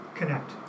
connect